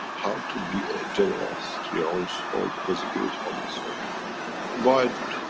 how to be a generous to your own soul because you give it from the soul but.